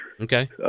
Okay